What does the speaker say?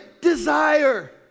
desire